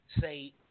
say